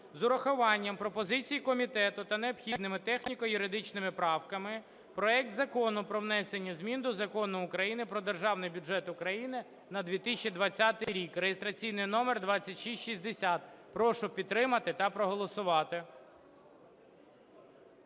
з урахуванням пропозицій комітету та необхідними техніко-юридичними правками проекту Закону про внесення змін до Закону України "Про Державний бюджет України на 2020 рік" (реєстраційний номер 2660). Прошу підтримати та проголосувати.